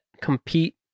compete